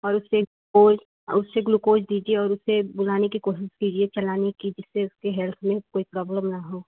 और उसे पोल्क और उसे ग्लूकोज दीजिए और उसे बुलाने की कोशिश कीजिए चलाने की जिससे उसके हेल्थ में कोई प्रॉब्लम ना हो